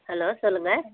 hello சொல்லுங்கள்